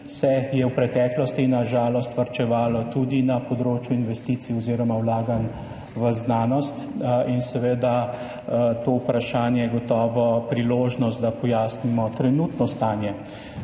se je v preteklosti na žalost varčevalo tudi na področju investicij oziroma vlaganj v znanost. To vprašanje je gotovo priložnost, da pojasnimo trenutno stanje